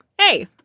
Hey